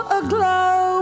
aglow